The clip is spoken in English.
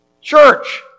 Church